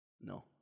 No